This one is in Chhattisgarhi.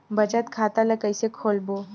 बचत खता ल कइसे खोलबों?